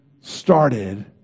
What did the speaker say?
started